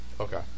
Okay